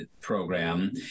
program